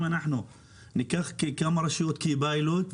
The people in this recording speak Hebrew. אם אנחנו ניקח כמה רשויות כפיילוט,